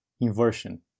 inversion